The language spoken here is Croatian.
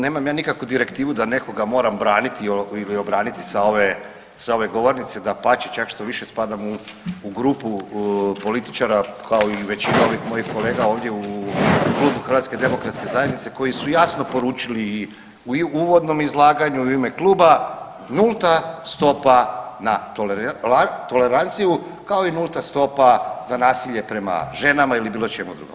Nemam ja nikakvu direktivu da nekoga moram braniti ili obraniti sa ove govornice, dapače, čak štoviše spadam u grupu političara, kao i većina ovih mojih kolega ovdje u klubu HDZ koji su jasno poručili i u uvodnom izlaganju u ime Kluba, nulta stopa na toleranciju kao i nulta stopa za nasilje prema ženama ili bilo čemu drugom.